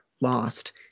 lost